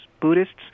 Buddhists